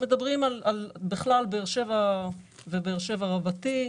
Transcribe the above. אנחנו מדברים על בכלל באר שבע ובאר שבע רבתי.